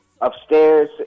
upstairs